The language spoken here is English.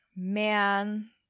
Man